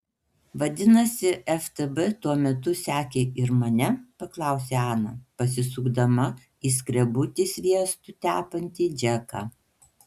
vadinasi ftb tuo metu sekė ir mane paklausė ana pasisukdama į skrebutį sviestu tepantį džeką